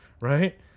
Right